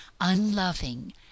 unloving